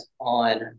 on